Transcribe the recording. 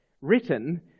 written